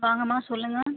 வாங்கம்மா சொல்லுங்கள்